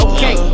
Okay